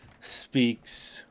speaks